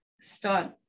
start